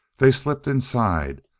they slipped inside,